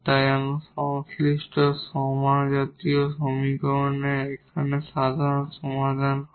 তাই যদি সংশ্লিষ্ট হোমোজিনিয়াস সমীকরণের এখানে সাধারণ সমাধান হয়